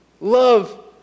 love